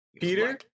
Peter